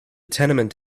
tenement